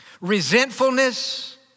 resentfulness